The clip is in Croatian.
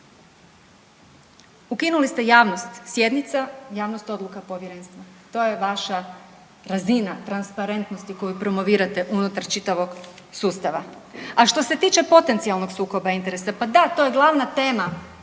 Ukinuli ste javnost sjednica, javnost odluka povjerenstva to je vaša razina transparentnosti koju promovirate unutar čitavog sustava. A što se tiče potencijalnog sukoba interesa, pa da to je glavna tema